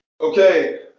Okay